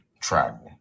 Travel